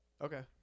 Okay